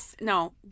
No